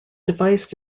device